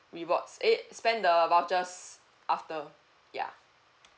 rewards eh spend the vouchers after ya